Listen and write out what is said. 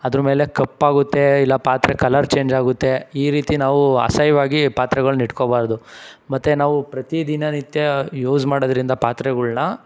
ಅದ್ರ ಮೇಲೆ ಕಪ್ಪಾಗುತ್ತೆ ಇಲ್ಲಾ ಪಾತ್ರೆ ಕಲರ್ ಚೇಂಜ್ ಆಗುತ್ತೆ ಈ ರೀತಿ ನಾವು ಅಸಹ್ಯವಾಗಿ ಪಾತ್ರೆಗಳ್ನ ಇಟ್ಕೋಬಾರ್ದು ಮತ್ತು ನಾವು ಪ್ರತಿದಿನ ನಿತ್ಯ ಯೂಸ್ ಮಾಡೋದರಿಂದ ಪಾತ್ರಗಳ್ನ